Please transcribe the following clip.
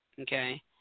okay